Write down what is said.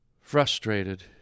Frustrated